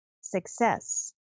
Success